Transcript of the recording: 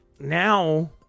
now